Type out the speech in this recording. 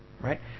Right